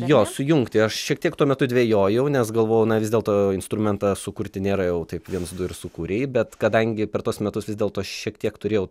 jo sujungti aš šiek tiek tuo metu dvejojau nes galvo na vis dėlto instrumentą sukurti nėra jau taip viens du ir sūkurei bet kadangi per tuos metus vis dėlto šiek tiek turėjau